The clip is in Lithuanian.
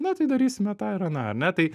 na tai darysime tą ir aną ane tai